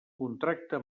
contracte